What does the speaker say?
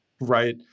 right